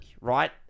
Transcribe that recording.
right